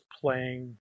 playing